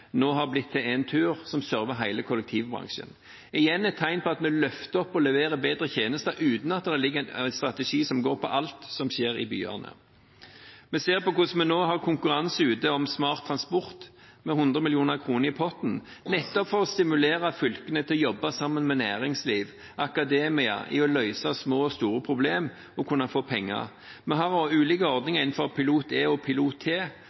nå har blitt til Entur, som server hele kollektivbransjen – igjen et tegn på at vi løfter opp og leverer bedre tjenester uten at det er en strategi som går på alt som skjer i byene. Vi ser på hvordan vi nå har konkurranse ute om smart transport, med 100 mill. kr i potten, nettopp for å stimulere fylkene til å jobbe sammen med næringsliv og akademia for å løse små og store problemer og kunne få penger. Vi har også ulike ordninger innenfor PILOT-E og